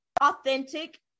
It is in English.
authentic